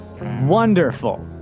Wonderful